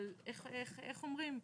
איך אומרים?